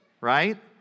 right